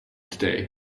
today